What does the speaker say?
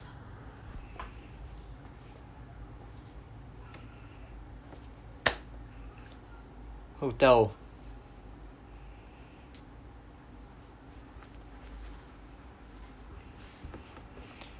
hotel